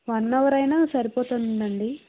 one hour అయిన సరిపోతుందండి